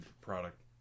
product